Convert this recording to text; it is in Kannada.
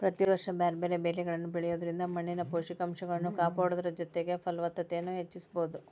ಪ್ರತಿ ವರ್ಷ ಬ್ಯಾರ್ಬ್ಯಾರೇ ಬೇಲಿಗಳನ್ನ ಬೆಳಿಯೋದ್ರಿಂದ ಮಣ್ಣಿನ ಪೋಷಕಂಶಗಳನ್ನ ಕಾಪಾಡೋದರ ಜೊತೆಗೆ ಫಲವತ್ತತೆನು ಹೆಚ್ಚಿಸಬೋದು